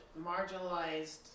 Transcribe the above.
marginalized